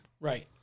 Right